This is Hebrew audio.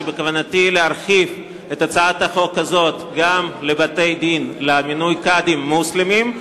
שבכוונתי להרחיב את הצעת החוק גם לבתי-דין למינוי קאדים מוסלמים,